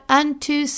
unto